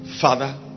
Father